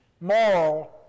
moral